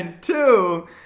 two